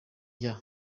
yeah